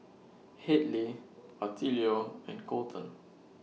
Hadley Attilio and Kolten